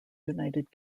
united